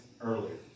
earlier